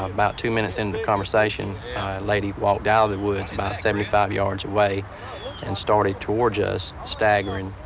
about two minutes into conversation, a lady walked out of the woods about seventy five yards away and started towards us, staggering.